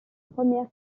première